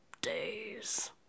days